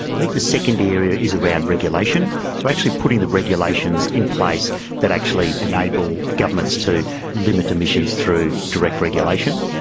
i think the second area is around regulation, so actually putting the regulations in place that actually enable governments to limit emissions through direct regulation.